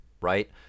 right